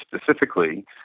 specifically